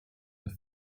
the